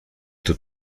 του